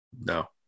No